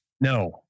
No